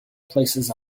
places